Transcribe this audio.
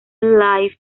live